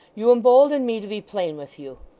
you embolden me to be plain with you.